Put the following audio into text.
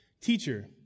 Teacher